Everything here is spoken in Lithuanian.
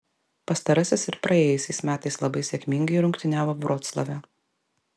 pastarasis ir praėjusiais metais labai sėkmingai rungtyniavo vroclave